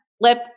Lip